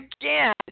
Again